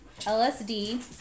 LSD